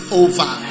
over